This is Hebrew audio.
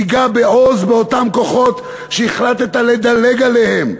תיגע בעוז באותם כוחות שהחלטת לדלג עליהם.